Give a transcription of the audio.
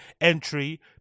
entry